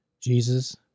Jesus